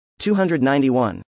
291